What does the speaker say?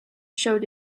showed